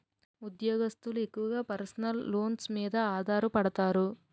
ఉద్యోగస్తులు ఎక్కువగా personal loans మీద ఆధారపడతారు